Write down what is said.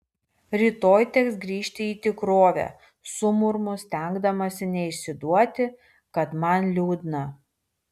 rytoj teks grįžti į tikrovę sumurmu stengdamasi neišsiduoti kad man liūdna